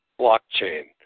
blockchain